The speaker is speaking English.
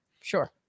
Sure